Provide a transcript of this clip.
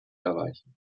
erreichen